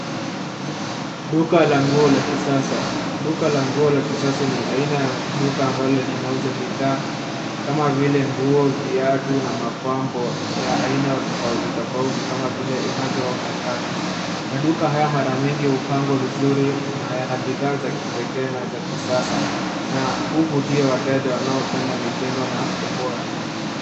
Duka la nguo la kisasa. Duka la nguo la kisasa ni aina ya duka ambalo linauza bidhaa kama vile nguo, viatu na mapambo ya aina tofauti tofauti kama vile inavyoonekana. Maduka haya mara mingi hupangwa vizuri na yana bidhaa za kipekee na kisasa na huvutia wateja wanaopenda mitindo na ubora.